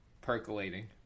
percolating